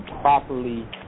properly